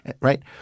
Right